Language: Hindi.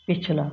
पिछला